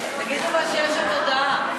תגיד אבל שיש עוד הודעה.